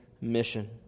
mission